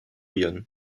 yon